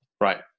Right